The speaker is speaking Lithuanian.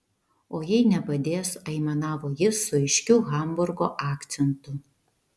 o jei nepadės aimanavo jis su aiškiu hamburgo akcentu